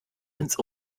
ins